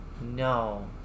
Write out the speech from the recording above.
No